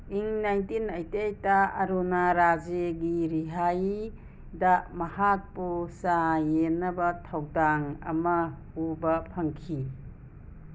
ꯏꯪ nineteen eighty eight ꯑꯔꯨꯅꯥ ꯔꯥꯖꯦꯒꯤ ꯔꯤꯍꯥꯌꯤꯗ ꯃꯍꯥꯛꯄꯨ ꯆꯥ ꯌꯦꯟꯅꯕ ꯊꯧꯗꯥꯡ ꯑꯃ ꯎꯕ ꯐꯪꯈꯤ